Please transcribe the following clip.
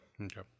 Okay